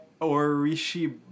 Orishi